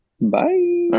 Bye